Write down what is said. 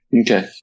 Okay